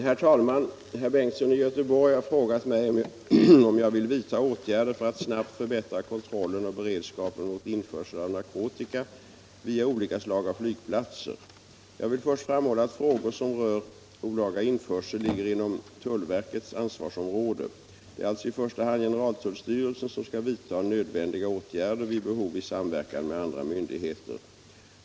Herr talman! Herr Bengtsson i Göteborg har frågat mig om jag vill vidta åtgärder för att snabbt förbättra kontrollen och beredskapen mot införsel av naroktika via olika slag av flygplatser. Jag vill först framhålla att frågor som rör olaga införsel ligger inom tullverkets ansvarsområde. Det är alltså i första hand generaltullstyrelsen som skall vidta nödvändiga åtgärder, vid behov i samverkan med andra myndigheter.